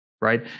right